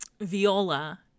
Viola